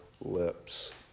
lips